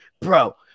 Bro